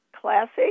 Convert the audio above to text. Classic